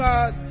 God